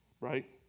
right